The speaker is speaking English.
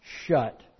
shut